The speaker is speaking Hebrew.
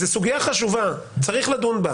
זו סוגייה חשובה, צריך לדון בה.